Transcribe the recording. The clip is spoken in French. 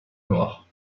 noir